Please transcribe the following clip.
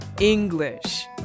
English